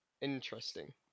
Interesting